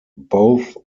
both